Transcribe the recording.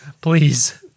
please